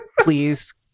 please